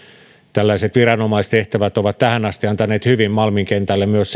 tällaiset viranomaistehtävät ovat tähän asti antaneet hyvin malmin kentälle arvon myös